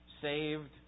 saved